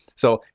so,